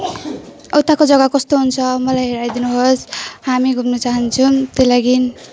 उताको जग्गा कस्तो हुन्छ मलाई हेराइदिनु होस् हामी घुम्नु चाहन्छौँ त्यही लागि